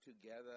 together